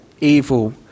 evil